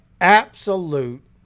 absolute